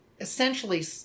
essentially